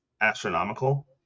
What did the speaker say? astronomical